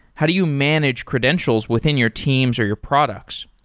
how do you manage credentials within your teams or your products?